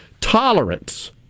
tolerance